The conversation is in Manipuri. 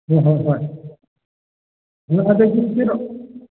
ꯍꯣꯏ ꯍꯣꯏ ꯍꯣꯏ ꯑꯗꯣ ꯑꯗꯒꯤ ꯀꯩꯅꯣ